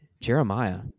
Jeremiah